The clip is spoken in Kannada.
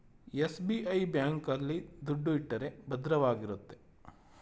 ಎಸ್.ಬಿ.ಐ ಬ್ಯಾಂಕ್ ಆಲ್ಲಿ ದುಡ್ಡು ಇಟ್ಟರೆ ಭದ್ರವಾಗಿರುತ್ತೆ